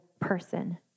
person